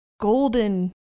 golden